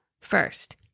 first